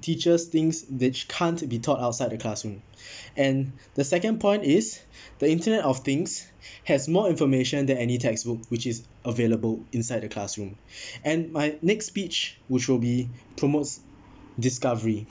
teachers thinks that can't be taught outside the classroom and the second point is the internet of things has more information than any textbook which is available inside the classroom and my next speech which will be promotes discovery